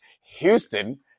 Houston